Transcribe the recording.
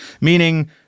meaning